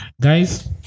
guys